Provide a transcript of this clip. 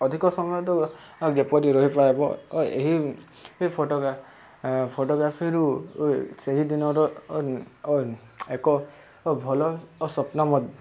ଅଧିକ ସମୟ ତ ଯେପରି ରହିପାରବ ଓ ଏହି ଫଟୋ ଫଟୋଗ୍ରାଫିରୁ ସେହିଦିନର ଏକ ଭଲ ସ୍ୱପ୍ନ ମଧ୍ୟ